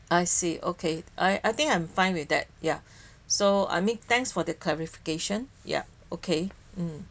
I see okay I I think I'm fine with that ya so I mean thanks for the clarification yup okay mm